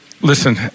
listen